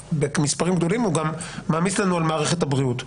במספרים גדולים הוא גם מעמיס לנו על מערכת הבריאות.